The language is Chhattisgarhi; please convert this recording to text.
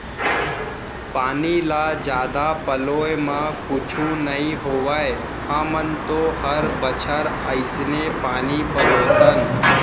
पानी ल जादा पलोय म कुछु नइ होवय हमन तो हर बछर अइसने पानी पलोथन